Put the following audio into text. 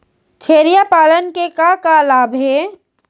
छेरिया पालन के का का लाभ हे?